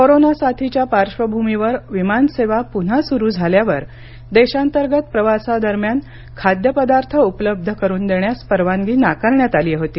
कोरोनाच्या साथीच्या पार्श्वभूमीवर विमान सेवा पुन्हा सुरू झाल्यावर देशांतर्गत प्रवासादरम्यान खाद्यपदार्थ उपलब्ध करून देण्यास परवानगी नाकारण्यात आली होती